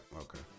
okay